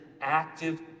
active